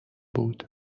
بود